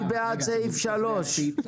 מי בעד סעיף 3א?